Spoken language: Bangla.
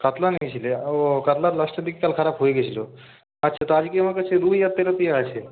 কাতলা নিয়েছিলে ও কাতলা লাস্টের দিক কাল খারাপ হয়ে গিয়েছিল আচ্ছা তো আজকে আমার কাছে রুই আর তেলাপিয়া আছে